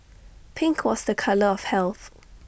pink was the colour of health